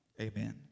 amen